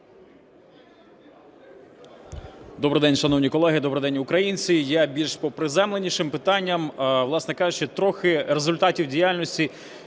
Добрий день, шановні колеги! Добрий день, українці! Я більш по приземленішим питанням. Власне кажучи, трохи результатів діяльності